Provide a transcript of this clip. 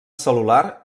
cel·lular